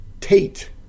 Tate